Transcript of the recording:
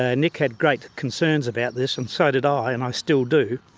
ah nick had great concerns about this and so did i and i still do.